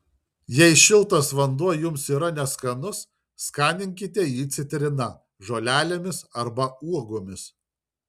jei šiltas vanduo jums yra neskanus skaninkite jį citrina žolelėmis arba uogomis